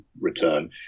Return